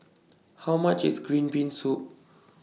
How much IS Green Bean Soup